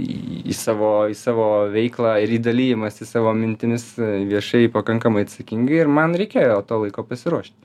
į savo į savo veiklą ir į dalijimasis savo mintimis viešai pakankamai atsakingai ir man reikėjo to laiko pasiruošti